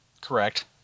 Correct